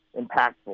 impactful